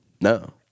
No